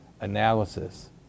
analysis